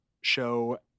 show